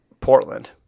Portland